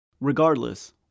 regardless